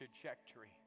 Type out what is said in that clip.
trajectory